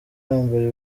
yambaye